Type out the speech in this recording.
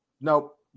Nope